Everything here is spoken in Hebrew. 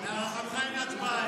להערכתך, אין הצבעה היום.